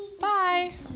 Bye